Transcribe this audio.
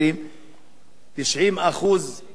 90% שכבת ביניים.